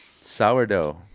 Sourdough